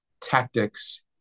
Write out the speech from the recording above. tactics